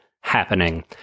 happening